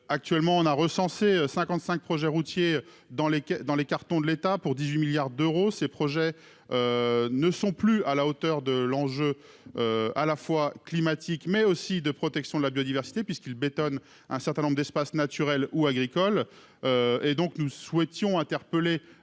actuellement, on a recensé 55 projets routiers dans les dans les cartons de l'État pour 18 milliards d'euros, ces projets ne sont plus à la hauteur de l'enjeu à la fois climatique mais aussi de protection de la biodiversité, puisqu'il bétonne un certain nombre d'espaces naturels ou agricoles et donc nous souhaitons interpeller